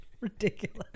ridiculous